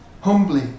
Humbly